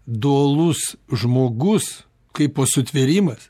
dualus žmogus kaipo sutvėrimas